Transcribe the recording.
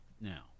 now